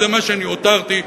זה מה שאני הותרתי,